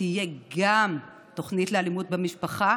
גם תוכנית לאלימות במשפחה.